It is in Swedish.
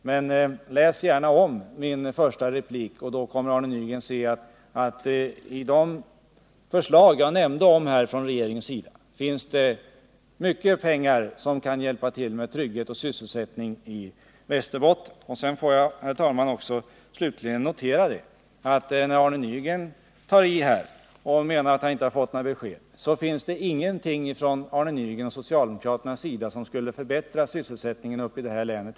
Men läs gärna min första replik i protokollet, så kommer Arne Nygren att se att de förslag från regeringens sida som jag nämnde om ger mycket pengar som kan bidra till tryggheten och sysselsättningen i Västerbottens län. Slutligen kan jag notera att när Arne Nygren tar i här och menar att han inte har fått några besked, så finns det inte heller från Arne Nygrens eller från socialdemokraternas sida något förslag som kan bidra till att förbättra sysselsättningsläget i det här länet.